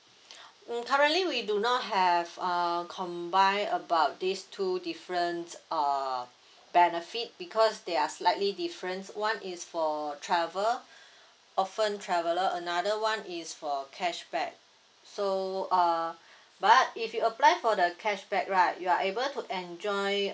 mm currently we do not have uh combine about these two different uh benefit because they are slightly different one is for travel often traveller another one is for cashback so uh but if you apply for the cashback right you are able to enjoy